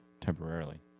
temporarily